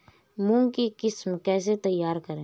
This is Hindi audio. मूंग की किस्म कैसे तैयार करें?